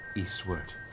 eastward.